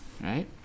right